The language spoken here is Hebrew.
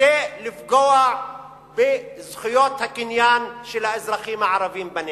כדי לפגוע בזכויות הקניין של האזרחים הערבים בנגב.